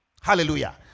Hallelujah